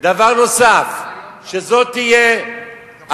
פעם נושא הקצבאות, פעם בנושא